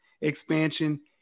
expansion